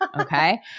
okay